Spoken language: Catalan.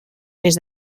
més